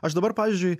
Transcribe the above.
aš dabar pavyzdžiui